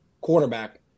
quarterback